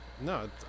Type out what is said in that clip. No